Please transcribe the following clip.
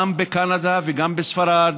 גם בקנדה, גם בספרד